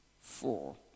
four